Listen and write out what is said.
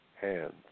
hands